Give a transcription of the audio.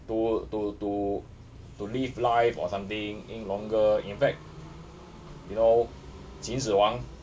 to to to live life or something live longer in fact you know 秦始皇